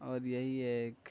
اور یہی ایک